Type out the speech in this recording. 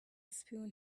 spoon